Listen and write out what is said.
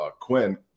quinn